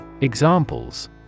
Examples